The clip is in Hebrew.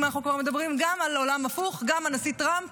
אם אנחנו כבר מדברים על עולם הפוך, גם הנשיא טראמפ